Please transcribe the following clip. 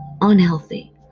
unhealthy